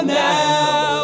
now